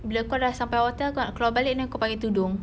bila kau sudah sampai hotel kau nak keluar balik then kau pakai tudung